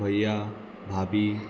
भैया भाबी